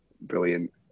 brilliant